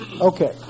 Okay